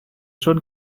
schon